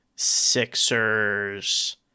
Sixers